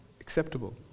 acceptable